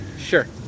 Sure